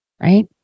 Right